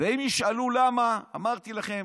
ואם ישאלו למה, אמרתי לכם,